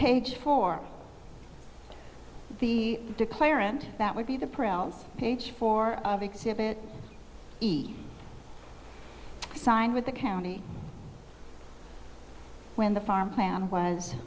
page for the declarant that would be the prelude page four of exhibit signed with the county when the farm plan was